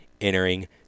entering